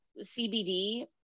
CBD